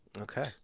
okay